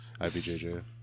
IBJJ